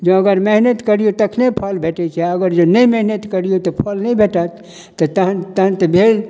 जँ अगर मेहनति करिए तखने फल भेटै छै अगर जे नहि मेहनति करिऔ तऽ फल नहि भेटत तऽ तहन तऽ भेल